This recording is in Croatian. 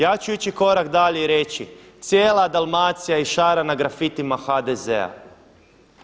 Ja ću ići korak dalje i reći cijela Dalmacija je išarana grafitima HDZ-a.